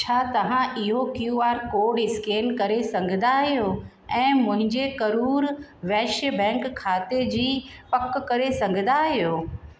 छा तव्हां इहो क्यूआर कोड स्केन करे सघंदा आहियो ऐं मुंहिंजे करुर वैश्य बैंक खाते जी पकु करे सघंदा आहियो